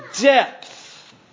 depth